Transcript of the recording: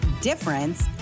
difference